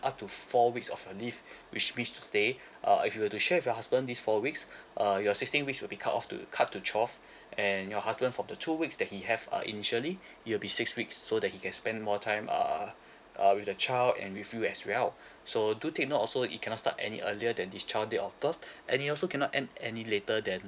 up to four weeks of your leave which means to stay uh if you were to share with your husband this four weeks uh your sixteen weeks will be cut off to the cut to twelve and your husband for the two weeks that he have uh initially it'll be six weeks so that he can spend more time uh uh with the child and with you as well so do take note also it cannot start any earlier than this child date of birth and it also cannot end any later than